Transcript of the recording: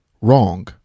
wrong